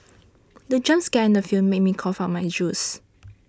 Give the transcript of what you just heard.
the jump scare in the film made me cough out my juice